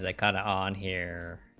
that, kind of on here